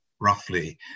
roughly